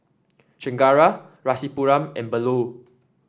Chengara Rasipuram and Bellur